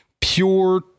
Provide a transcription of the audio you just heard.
pure